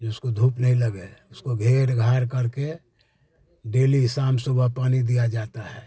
जिसको धूप नहीं लगे उसको घेर घार करके डेली शाम सुबह पानी दिया जाता है